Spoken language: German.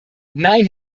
nein